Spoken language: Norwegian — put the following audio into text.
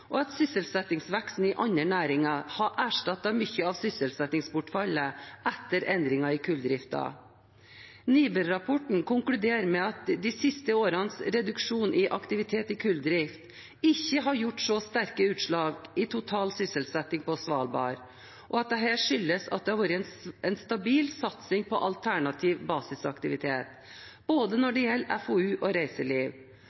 og at sysselsettingsveksten i andre næringer har erstattet mye av sysselsettingsbortfallet etter endringen i kulldriften. NIBR-rapporten konkluderer med at de siste årenes reduksjon i aktiviteten i kulldriften ikke har gitt så sterke utslag i total sysselsetting på Svalbard, og at dette skyldes at det har vært en stabil satsing på alternativ basisaktivitet når det gjelder både FoU og reiseliv. Og når